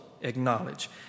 acknowledge